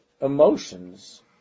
emotions